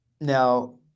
Now